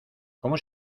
cómo